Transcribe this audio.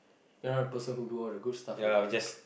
you're a person who do all the good stuff